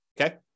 okay